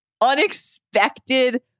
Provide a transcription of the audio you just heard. unexpected